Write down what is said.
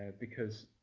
because